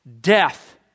Death